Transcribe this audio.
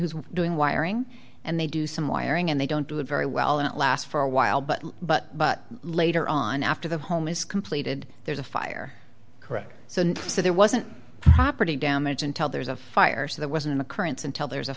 who's doing wiring and they do some wiring and they don't do it very well and it lasts for a while but but but later on after the home is completed there's a fire correct so and so there wasn't proper t damage until there's a fire so that was an occurrence until there's a